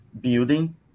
building